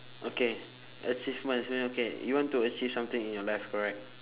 okay achievements mean okay you want to achieve something in your life correct